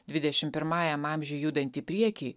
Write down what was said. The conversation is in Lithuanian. dvidešim pirmajam amžiui judant į priekį